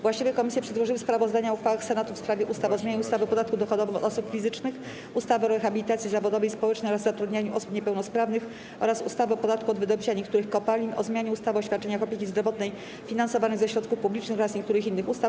Właściwe komisje przedłożyły sprawozdania o uchwałach Senatu w sprawie ustaw: - o zmianie ustawy o podatku dochodowym od osób fizycznych, ustawy o rehabilitacji zawodowej i społecznej oraz zatrudnianiu osób niepełnosprawnych oraz ustawy o podatku od wydobycia niektórych kopalin, - o zmianie ustawy o świadczeniach opieki zdrowotnej finansowanych ze środków publicznych oraz niektórych innych ustaw.